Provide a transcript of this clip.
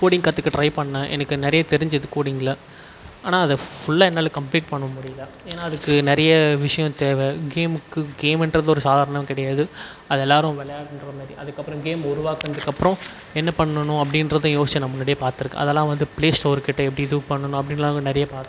coding கற்றுக்க try பண்ணிணேன் எனக்கு நி றைய தெரிஞ்சது கோடிங்கில் ஆனால் அதை ஃபுல்லாக என்னால் கம்ப்ளீட் பண்ண முடியலை ஏன்னா அதுக்கு நிறைய விஷயம் தேவை கேமுக்கு கேம்ன்றது ஒரு சாதாரணம் கிடையாது அது எல்லோரும் விளையாடணுன்ற மாதிரி அதுக்கப்புறம் கேம் உருவாக்குனத்துக்கு அப்புறம் என்ன பண்ணணும் அப்படின்றதயும் யோசிச்சேன் நான் முன்னாடியே பார்த்துருக்கேன் அதெலாம் வந்து ப்ளே ஸ்டோருக்கிட்ட எப்படி இது பண்ணணும் அப்படிலாம் நிறைய பார்த்துருக்கேன்